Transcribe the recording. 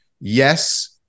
Yes